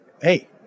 Hey